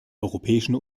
europäischen